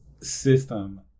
system